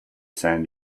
san